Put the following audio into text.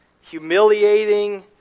humiliating